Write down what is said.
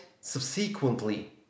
subsequently